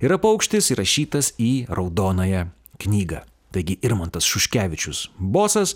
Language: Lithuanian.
yra paukštis įrašytas į raudonąją knygą taigi irmantas šuškevičius bosas